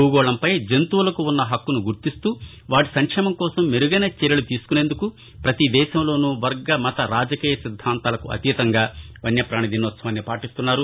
భూగోళంపై జంతువులకు వున్న హక్కును గుర్తిస్తూ వాటి సంక్షేమం కోసం మెరుగైన చర్యలు తీసుకొనేందుకు ప్రపతి దేశంలోనూ వర్గ మత రాజకీయ సిద్దాంతాలకు అతీతంగా వన్యపాణి దినోత్సవాన్ని పాటిస్తున్నారు